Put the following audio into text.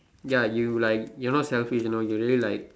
ya you like you're not selfish you know you're really like